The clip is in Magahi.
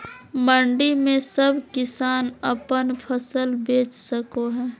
मंडी में सब किसान अपन फसल बेच सको है?